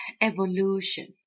evolution